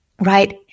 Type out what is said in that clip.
right